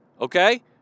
Okay